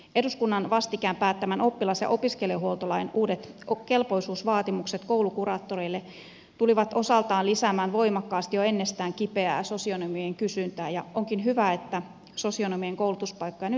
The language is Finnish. eduskunnan vastikään päättämän oppilas ja opiskelijahuoltolain uudet kelpoisuusvaatimukset koulukuraattoreille tulivat osaltaan lisäämään voimakkaasti jo ennestään kipeää sosionomien kysyntää ja onkin hyvä että sosionomien koulutuspaikkoja nyt lisätään